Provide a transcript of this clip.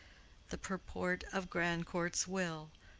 the purport of grandcourt's will,